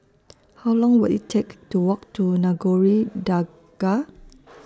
How Long Will IT Take to Walk to Nagore Dargah